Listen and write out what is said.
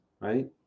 right